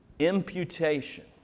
imputation